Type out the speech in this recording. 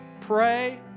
pray